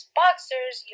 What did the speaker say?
boxers